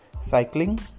cycling